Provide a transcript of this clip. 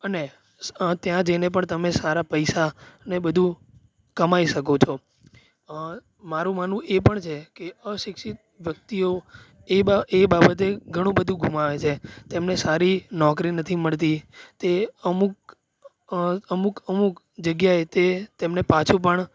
અને ત્યાં જઈને પણ તમે સારા પૈસા ને બધું કમાઈ શકો છો મારું માનવું એ પણ છે કે અશિક્ષિત વ્યક્તિઓ એ બાબતે ઘણું બધું ગુમાવે છે તેમને સારી નોકરી નથી મળતી તે અમુક અમુક અમુક જગ્યાએ તે તેમને પાછું પણ